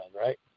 right